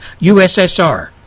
USSR